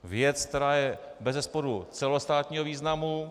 Věc, která je bezesporu celostátního významu.